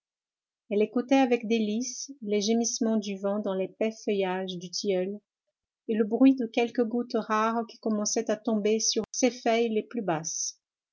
elle écoutait avec délices les gémissements du vent dans l'épais feuillage du tilleul et le bruit de quelques gouttes rares qui commençaient à tomber sur ses feuilles les plus basses